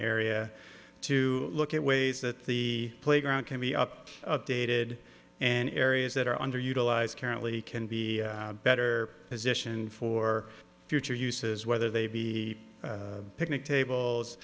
area to look at ways that the playground can be up dated and areas that are under utilized currently can be better positioned for future uses whether they be picnic tables